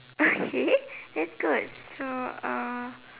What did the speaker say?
okay that's good so uh